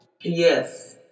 Yes